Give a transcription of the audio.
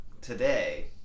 today